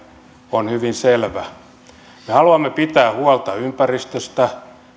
on hyvin selvä me haluamme pitää huolta ympäristöstä mutta